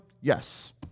yes